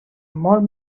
molt